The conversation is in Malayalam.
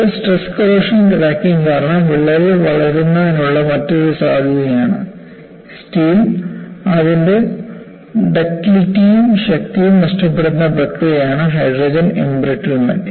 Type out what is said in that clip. ഇത് സ്ട്രെസ് കോറോഷൻ ക്രാക്കിംഗ് കാരണം വിള്ളലുകൾ വളരുന്നതിനുള്ള മറ്റൊരു സാധ്യതയാണ് സ്റ്റീൽ അതിന്റെ ഡക്റ്റിലിറ്റിയും ശക്തിയും നഷ്ടപ്പെടുത്തുന്ന പ്രക്രിയയാണ് ഹൈഡ്രജൻ എംബ്രിറ്റ്മെന്റ്